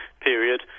period